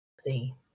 see